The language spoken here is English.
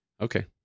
Okay